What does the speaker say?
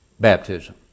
Baptism